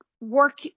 work